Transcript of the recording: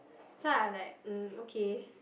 so I like mm okay